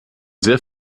sehr